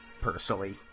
personally